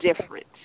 different